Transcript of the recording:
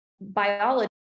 biology